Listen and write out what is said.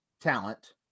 talent